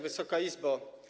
Wysoka Izbo!